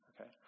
Okay